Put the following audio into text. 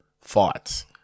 fights